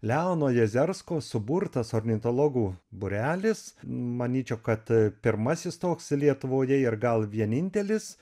leono jezersko suburtas ornitologų būrelis manyčiau kad pirmasis toks lietuvoje ir gal vienintelis